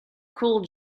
cool